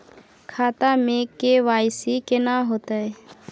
खाता में के.वाई.सी केना होतै?